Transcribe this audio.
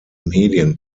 medien